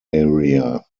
area